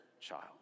child